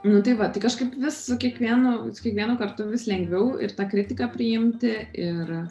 nu tai va tai kažkaip vis su kiekvienu kiekvienu kartu vis lengviau ir tą kritiką priimti ir